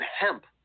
hemp